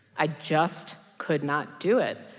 i just could not do it.